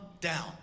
down